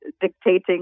dictating